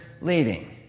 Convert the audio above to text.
leading